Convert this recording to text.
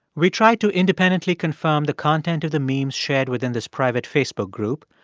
we tried to independently confirm the content of the memes shared within this private facebook group.